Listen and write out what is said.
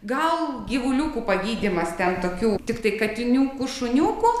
gal gyvuliukų pagydymas ten tokių tiktai katiniukų šuniukų